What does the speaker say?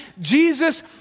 Jesus